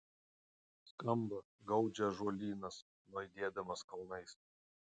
skamba gaudžia ąžuolynas nuaidėdamas kalnais